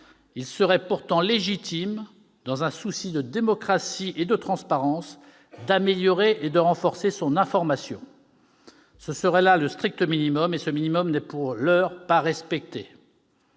Il serait pourtant légitime, dans un souci de démocratie et de transparence, d'améliorer et de renforcer son information. Ce serait là le strict minimum. Et ce minimum n'est pour l'heure pas respecté.